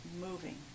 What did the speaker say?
moving